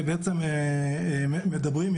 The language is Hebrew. בעצם מדברים,